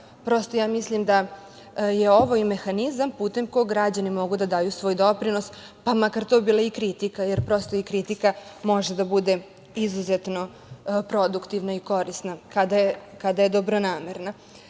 Prosto, ja mislim da je ovaj mehanizam putem kog građani mogu da daju svoj doprinos, pa makar to bila i kritika, jer i kritika može da bude izuzetno produktivna i korisna kada je dobronamerna. Ali,